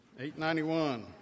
891